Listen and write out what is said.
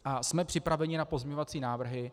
Jsme připraveni na pozměňovací návrhy.